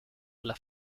alla